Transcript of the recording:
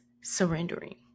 surrendering